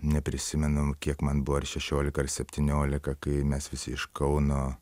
neprisimenu kiek man buvo ar šešiolika ar septyniolika kai mes visi iš kauno